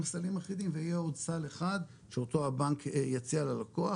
סלים אחידים ויהיה עוד סל אחד שאותו הבנק יציע ללקוח.